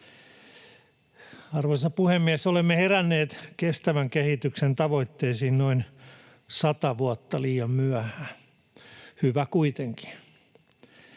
Arvoisa puhemies! Olemme heränneet kestävän kehityksen tavoitteisiin noin sata vuotta liian myöhään — hyvä kuitenkin.